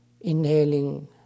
inhaling